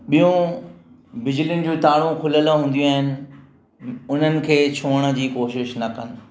ॿियूं बिजलियुनि जी तारूं खुलियल हूंदियूं आहिनि उन्हनि खे छुहण जी कोशिशि न कनि